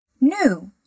new